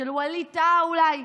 של ווליד טאהא אולי?